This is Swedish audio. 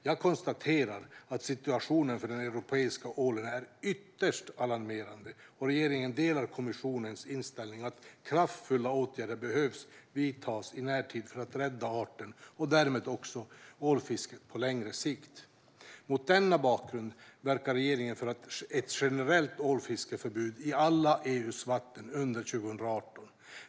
Jag konstaterar att situationen för den europeiska ålen är ytterst alarmerande, och regeringen delar kommissionens inställning om att kraftfulla åtgärder behöver vidtas i närtid för att rädda arten, och därmed också ålfisket på längre sikt. Mot denna bakgrund verkar regeringen för ett generellt ålfiskeförbud i alla EU:s vatten under 2018.